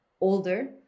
older